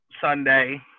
Sunday –